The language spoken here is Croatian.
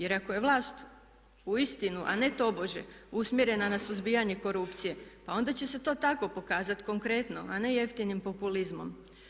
Jer ako je vlast uistinu, a ne tobože, usmjerena na suzbijanje korupcije pa onda će se to tako pokazati konkretno, a ne jeftinim populizmom.